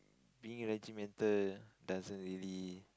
being regimental doesn't really